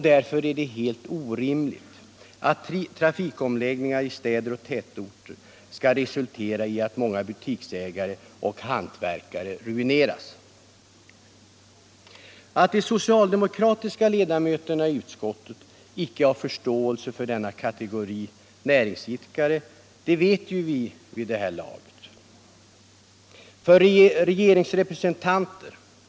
Därför är det helt orimligt att trafikomläggningar i städer och tätorter skall resultera i att många butiksägare och hantverkare ruineras. Att de socialdemokratiska ledamöterna i utskottet icke har förståelse för denna kategori näringsidkare vet vi vid det här laget.